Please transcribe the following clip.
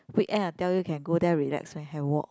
weekend I tell you can go there relax and have walk